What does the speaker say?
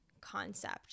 concept